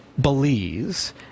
Belize